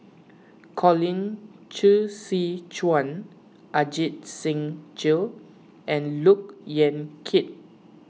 Colin Qi Zhe Quan Ajit Singh Gill and Look Yan Kit